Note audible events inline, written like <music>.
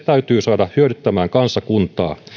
<unintelligible> täytyy saada hyödyttämään kansakuntaa